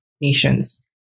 nations